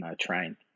train